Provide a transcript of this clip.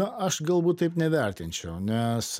na aš galbūt taip nevertinčiau nes